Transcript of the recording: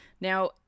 Now